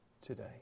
today